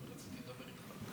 ורציתי לדבר איתך.